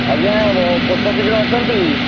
ଆଜ୍ଞା ପୋଷ୍ଟ ଅଫିସ୍ରେ ଅଛନ୍ତି